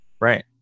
Right